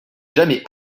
jamais